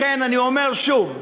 לכן אני אומר שוב,